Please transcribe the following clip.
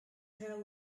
her